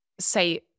say